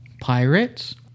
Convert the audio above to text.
Pirates